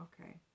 Okay